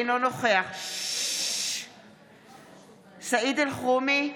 אינו נוכח סעיד אלחרומי,